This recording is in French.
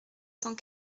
cent